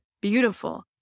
beautiful